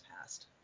passed